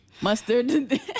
Mustard